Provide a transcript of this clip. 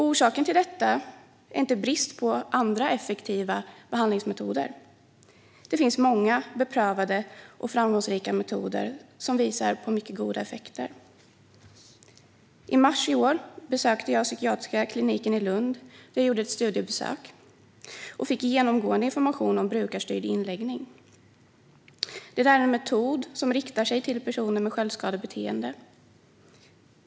Orsaken till detta är inte brist på andra effektiva behandlingsmetoder. Det finns många beprövade och framgångsrika metoder som visar på mycket goda effekter. I mars i år gjorde jag ett studiebesök på en psykiatrisk klinik i Lund och fick då information om brukarstyrd inläggning. Det är en metod som riktar sig till personer med självskadebeteende.